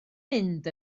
mynd